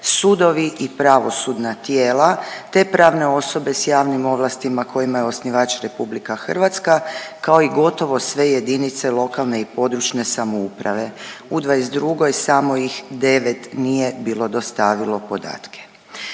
sudovi i pravosudna tijela te pravne osobe s javnim ovlastima kojima je osnivač RH kao i gotovo sve jedinice lokalne i područne samouprave. U '22. samo ih 9 nije bilo dostavilo podatke.